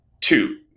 Two